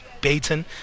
baton